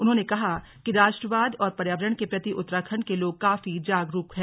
उन्होंने कहा कि राष्ट्रवाद और पर्यावरण के प्रति उत्तराखण्ड के लोग काफी जागरूक हैं